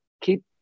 keep